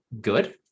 good